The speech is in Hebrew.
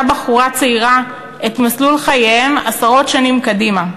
בחורה צעירה את מסלול חייהם עשרות שנים קדימה.